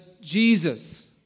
Jesus